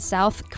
South